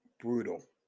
brutal